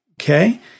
okay